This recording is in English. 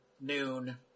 noon